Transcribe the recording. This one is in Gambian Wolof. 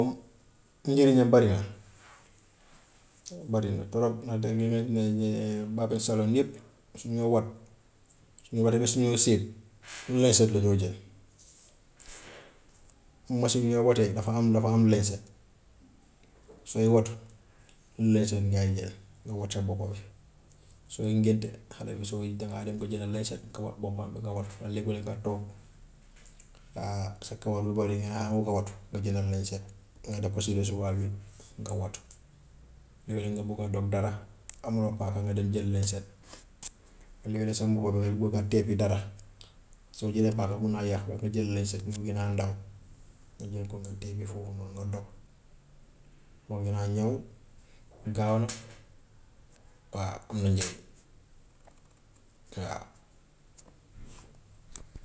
Njëriñam bari na bari na trop ndaxte salon yëpp su ñu wat, su ñu watee ba si ñëw séet lañset lañoo jël machine yoo watee dafa am dafa am lañset, sooy watu lañset ngay jël nga wat sa boppa bi, sooy ngénte xale bi soo koy dangaa dem nga jënda lañset nga wat bopam bi nga wat boppam bi nga wat, léeg-léeg nga toog sa kawar bu baree dangaa bugg a watu nga jënda lañset, nga def ko si rasoir bi nga watu, nekkee danga bugga dog dara amoo paaka nga dem jël lañset léeg-léeg sa mbuba bi ngay bugga teppi dara soo jëlee paaka mun naa yàqu, nga jël lañset moo gën a ndaw, nga jël ko nga teppi foofu noonu nga dog, moo gën a ñaw gaaw na waaw am na njëriñ waaw.